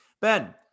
Ben